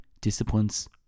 disciplines